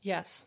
Yes